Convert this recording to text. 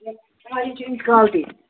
تۅہہِ چھا چاے چیٚنۍ کِنہٕ قہوٕ چیٚنۍ